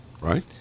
Right